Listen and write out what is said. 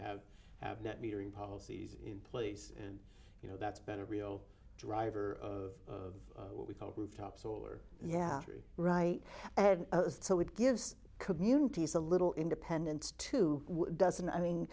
have have net metering policies in place and you know that's been a real driver of what we called rooftop solar yeah three right and so it gives communities a little independence to doesn't i